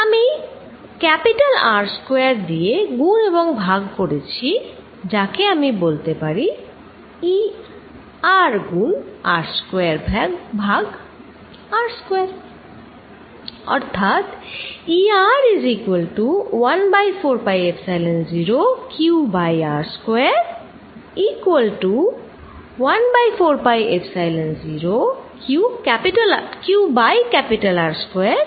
আমি R square দিয়ে গুন এবং ভাগ করেছি যাকে আমি বলতে পারি E R গুনিতক R স্কয়ার ভাগ r স্কয়ার